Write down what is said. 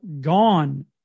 gone